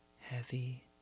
heavy